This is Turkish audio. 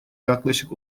yaklaşık